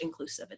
inclusivity